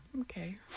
Okay